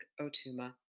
O'Tuma